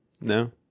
No